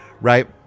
right